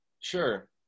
Sure